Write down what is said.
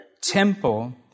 temple